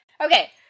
Okay